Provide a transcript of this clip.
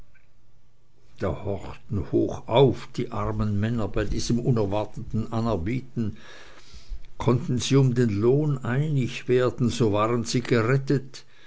da horchten hochauf die armen männer bei diesem unerwarteten anerbieten konnten sie um den lohn einig werden so waren sie gerettet